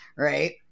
Right